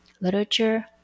literature